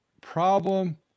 problem